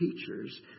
teachers